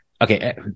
okay